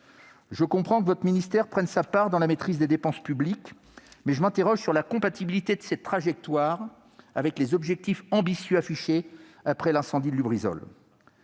Je comprends que votre ministère prenne sa part dans la maîtrise des dépenses publiques, mais je m'interroge sur la compatibilité de cette trajectoire avec les objectifs ambitieux affichés après l'incendie de Lubrizol.